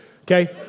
Okay